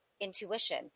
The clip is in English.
intuition